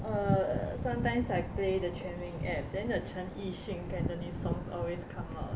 err sometimes I play the 全民 app 陈奕迅 cantonese songs always come out